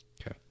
Okay